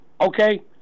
Okay